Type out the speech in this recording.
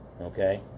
Okay